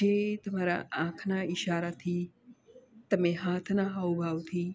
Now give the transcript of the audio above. જે તમારા આંખના ઇશારાથી તમે હાથના હાવભાવથી